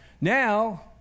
Now